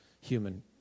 human